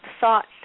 thought